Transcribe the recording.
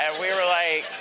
and we were like,